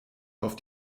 auf